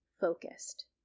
focused